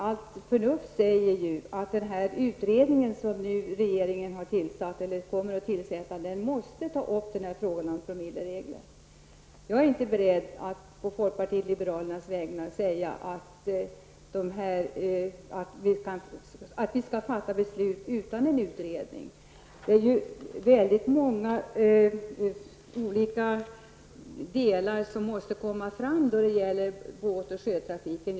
Allt förnuft säger att denna utredning, som regeringen kommer att tillsätta, måste ta upp frågan om promilleregler. Jag är inte beredd att på folkpartiet liberalernas vägnar säga att vi skall fatta beslut utan en utredning. Väldigt många olika saker måste klaras ut när det gäller båt och sjötrafiken.